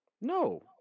No